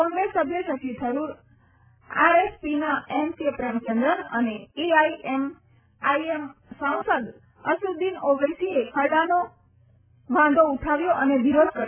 કોંગ્રેસ સભ્ય શશી થરૂર આરએસપીના N K Premachandran અને એઆઈએમઆઈએમ સાંસદ અસુદેન ઔવેસીએ ખરડાનો અને વાંધો ઉઠાવ્યો અને વિરોધ કર્યો